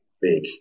big